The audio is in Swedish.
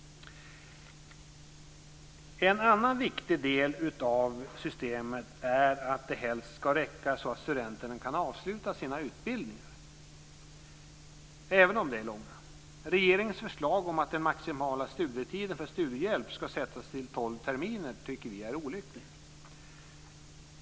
En annan viktig del av studiestödet är att det helst ska räcka så att studenterna kan avsluta sina utbildningar, även om de är långa. Regeringens förslag om att den maximala tiden för studiehjälp ska sättas till tolv terminer tycker vi är olyckligt.